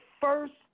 first